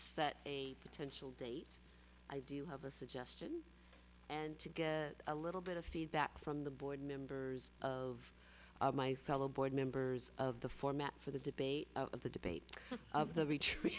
set a potential date i do have a suggestion and to get a little bit of feedback from the board members of my fellow board members of the format for the debate of the debate of the retr